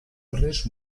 guerrers